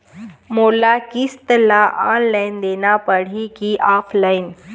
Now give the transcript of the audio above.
मोला किस्त ला ऑनलाइन देना पड़ही की ऑफलाइन?